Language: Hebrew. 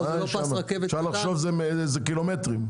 אפשר לחשוב שזה קילומטרים.